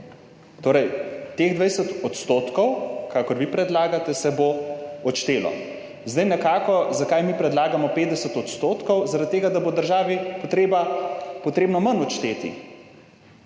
Torej teh 20 %, kakor vi predlagate, se bo odštelo. Zdaj nekako, zakaj mi predlagamo 50 %? zaradi tega da bo državi potreba, potrebno manj odšteti.